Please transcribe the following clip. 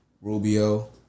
Rubio